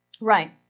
Right